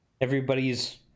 everybody's